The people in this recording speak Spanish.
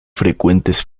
frecuentes